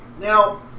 now